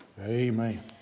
Amen